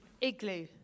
Igloo